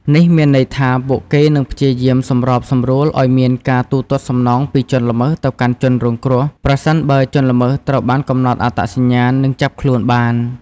នេះមានន័យថា ពួកគេនឹងព្យាយាមសម្របសម្រួលឲ្យមានការទូទាត់សំណងពីជនល្មើសទៅកាន់ជនរងគ្រោះ ប្រសិនបើជនល្មើសត្រូវបានកំណត់អត្តសញ្ញាណ និងចាប់ខ្លួនបាន។